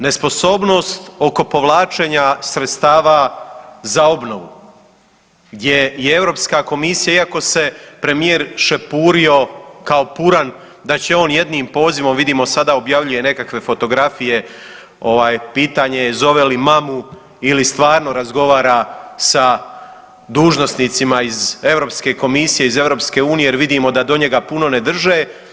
Nesposobnost oko povlačenja sredstava za obnovu gdje i Europska komisija, iako se premijer šepurio kao puran da će on jednim pozivom, vidimo sada objavljuje nekakve fotografije pitanje je zove li mamu ili stvarno razgovara sa dužnosnicima iz Europske komisije iz EU jer vidimo da do njega puno ne drže.